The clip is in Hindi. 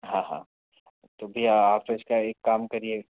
हाँ हाँ तो भैया आप इसका एक काम करिए